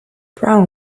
brown